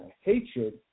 hatred